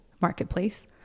marketplace